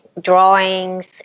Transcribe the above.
drawings